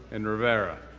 and rivera.